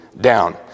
down